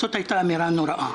זאת הייתה אמירה נוראית.